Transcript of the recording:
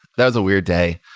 that was a weird day.